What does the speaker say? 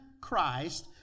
Christ